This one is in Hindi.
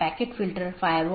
तो यह कुछ सूचित करने जैसा है